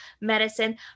medicine